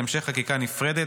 להמשך חקיקה נפרדת,